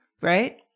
right